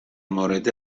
مورد